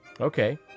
okay